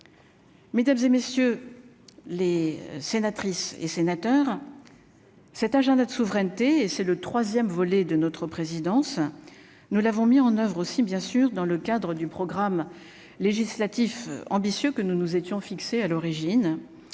Mesdames et messieurs les sénatrices et sénateurs cet agenda de souveraineté et c'est le 3ème volet de notre présidence, nous l'avons mis en oeuvre aussi bien sûr dans le cadre du programme législatif ambitieux que nous nous étions fixé à l'origine,